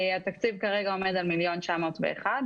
כרגע התקציב עומד על 1.941 מיליון,